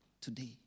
today